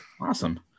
awesome